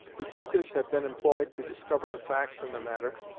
detectives had been employed to discover the facts in the matter,